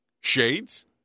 shades